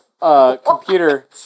computer